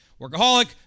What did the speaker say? Workaholic